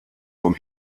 vom